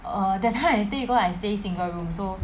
err that time I stay because I stay single room so